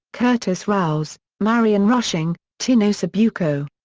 curtis rouse, marion rushing, tino sabuco,